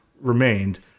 remained